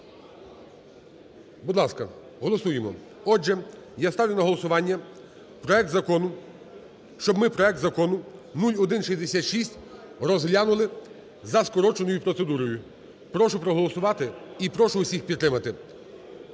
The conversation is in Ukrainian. Будь ласка, голосуємо. Отже, я ставлю на голосування проект закону, щоб ми проект закону 0166 розглянули за скороченою процедурою. Прошу проголосувати і прошу всіх підтримати.